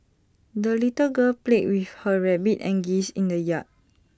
the little girl played with her rabbit and geese in the yard